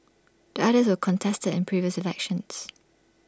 the others were contested in previous elections